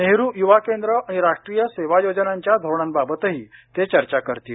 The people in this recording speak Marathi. नेहरु युवा केंद्र आणि राष्ट्रीय सेवा योजनांच्या धोरणांबाबतही ते चर्चा करतील